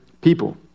people